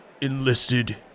enlisted